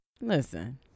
Listen